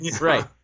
Right